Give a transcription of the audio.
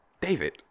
David